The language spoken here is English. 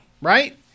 right